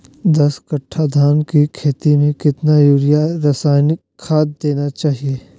दस कट्टा धान की खेती में कितना यूरिया रासायनिक खाद देना चाहिए?